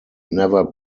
never